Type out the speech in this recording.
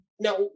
Now